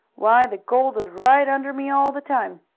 why, the gold was right under me all the time.